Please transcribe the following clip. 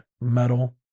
Metal